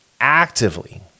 actively